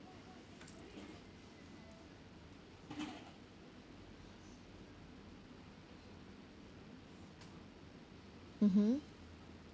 mmhmm